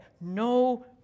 no